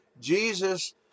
Jesus